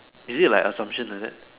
is it like Assumption like that